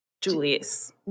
Julius